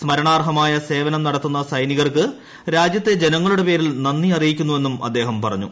സ്മരണാർഹമായ സ്പേപ്പന്ടു നടത്തുന്ന സൈനികർക്ക് രാജ്യത്തെ ജനങ്ങളുടെ പേരിൽ നന്ദി അറ്റിയിക്കു്ന്നുവെന്നും അദ്ദേഹം പറഞ്ഞു